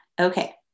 Okay